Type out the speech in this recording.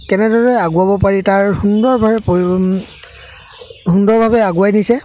কেনেদৰে আগুৱাব পাৰি তাৰ সুন্দৰভাৱে সুন্দৰভাৱে আগুৱাই নিছে